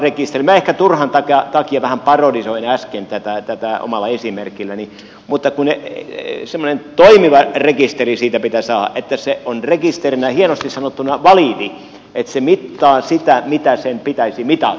minä ehkä turhan takia vähän parodisoin äsken tätä omalla esimerkilläni mutta semmoinen toimiva rekisteri siitä pitää saada niin että se on rekisterinä hienosti sanottuna validi että se mittaa sitä mitä sen pitäisi mitata